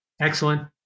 Excellent